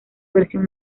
versión